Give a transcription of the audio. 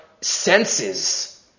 senses